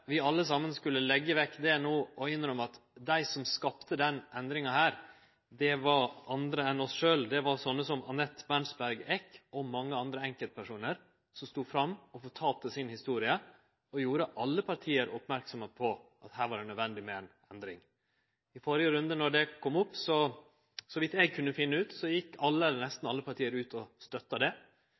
vi alle saman skulle leggje vekk det no og innrømme at dei som skapte denne endringa, var andre enn oss sjølve. Det var sånne som Annett Berntsberg Eck og mange andre enkeltpersonar som stod fram og fortalde sine historier og gjorde alle parti oppmerksame på at det her var nødvendig med ei endring. I førre runde, då det kom opp, gjekk – så langt eg kunne finne ut – alle eller nesten alle partia ut og støtta det.